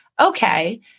Okay